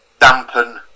dampen